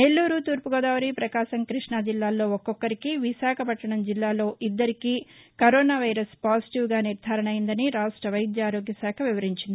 నెల్లూరు తూర్పుగోదావరి ప్రకాశం కృష్ణా జిల్లాలో ఒక్కొక్కరికి విశాఖపట్టణం జిల్లాలో ఇద్దరికి కరోనా వైరస్ పాజిటివ్గా నిర్దారణ అయిందని రాష్ట వైద్య ఆరోగ్య శాఖ వివరించింది